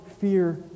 fear